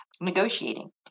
negotiating